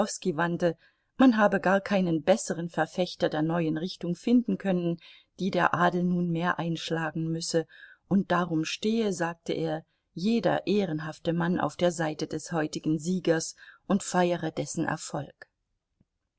man habe gar keinen besseren verfechter der neuen richtung finden können die der adel nunmehr einschlagen müsse und darum stehe sagte er jeder ehrenhafte mann auf der seite des heutigen siegers und feiere dessen erfolg